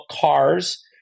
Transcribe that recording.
cars